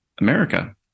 America